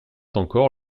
encore